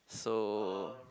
so